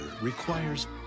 requires